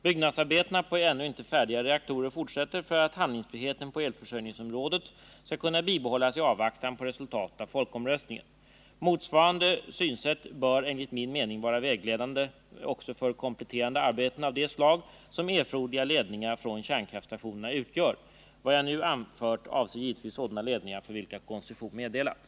Byggnadsarbetena på ännu inte färdiga reaktorer fortsätter för att handlingsfriheten på elförsörjningsområdet skall kunna bibehållas i avvaktan på resultatet av folkomröstningen. Motsvarande synsätt bör enligt min mening vara vägledande också för kompletterande arbeten av det slag som erforderliga ledningar från kärnkraftstationerna utgör. Vad jag nu anfört avser givetvis sådana ledningar för vilka koncession meddelats.